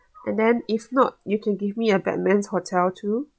and then if not you can give me a batman's hotel too